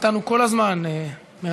הוא, רב אתנו כל הזמן, מרב.